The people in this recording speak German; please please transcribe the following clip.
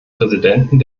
präsidenten